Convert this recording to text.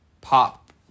pop